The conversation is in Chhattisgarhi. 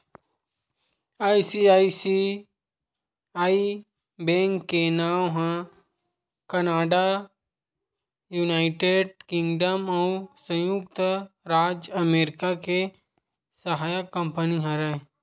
आई.सी.आई.सी.आई बेंक के नांव ह कनाड़ा, युनाइटेड किंगडम अउ संयुक्त राज अमरिका के सहायक कंपनी हरय